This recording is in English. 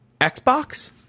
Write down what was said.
xbox